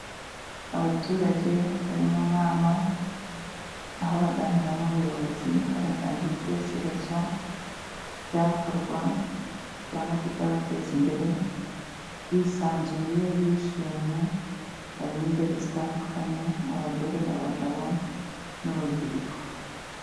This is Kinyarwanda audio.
Abaturage bari mu nama aho baganira n'ubuyobozi bagatanga ibitekerezo ku cyakorwa, cyangwa ku cyabateza imbere bisanzuye bishimye barimo ingeri zitandukanye abagore, abagabo nurubyiruko.